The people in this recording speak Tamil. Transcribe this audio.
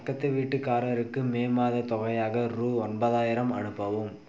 பக்கத்து வீட்டுக்காரருக்கு மே மாதத் தொகையாக ரூபா ஒன்பதாயிரம் அனுப்பவும்